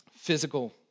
Physical